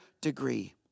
degree